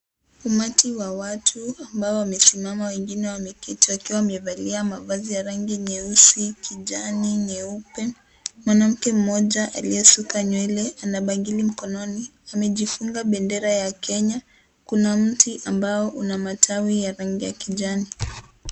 Umati wa watu ambao wamesimama wengine wameketi wakiwa wamevalia mavazi ya rangi nyeusi, kijani, nyeupe. Mwanamke mmoja aliyesuka nywele ana bangili mkononi amejifunga bendera ya Kenya. Kuna mti ambao una matawi ya rangi ya kijani.